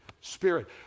spirit